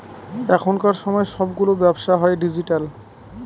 এখনকার সময় সবগুলো ব্যবসা হয় ডিজিটাল